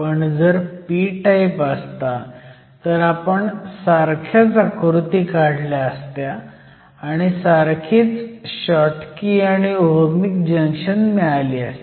पण जर p type असता तर आपण सारख्याच आकृती काढल्या असत्या आणि सारखीच शॉटकी आणि ओहमिक जंक्शन मिळाली असती